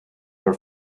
your